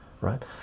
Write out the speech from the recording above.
right